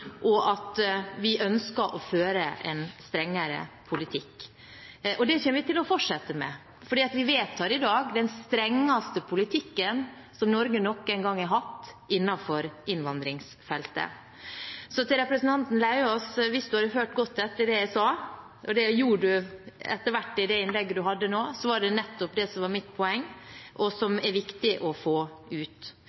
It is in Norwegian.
og at vi ønsker å føre en strengere politikk. Det kommer vi til å fortsette med, for vi vedtar i dag den strengeste politikken som Norge noen gang har hatt innenfor innvandringsfeltet. Så til representanten Lauvås: Hvis han hadde hørt godt etter det jeg sa – og det gjorde han etter hvert, ut fra det innlegget han hadde nå – ville han hørt at det var nettopp det som var mitt poeng, og som